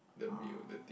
oh